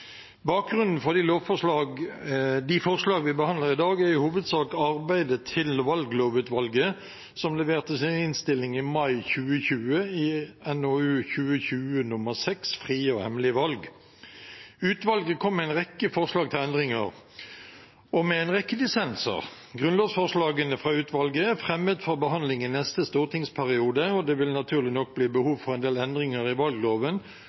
Bakgrunnen for de forslag vi behandler i dag, er i hovedsak arbeidet til Valglovutvalget, som leverte sin innstilling i mai 2020 i NOU 2020:6 Frie og hemmelige valg. Utvalget kom med en rekke forslag til endringer og en rekke dissenser. Grunnlovsforslagene fra utvalget er fremmet for behandling i neste stortingsperiode, og det vil naturlig nok bli behov for en del endringer i valgloven